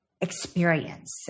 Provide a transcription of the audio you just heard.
experience